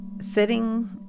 sitting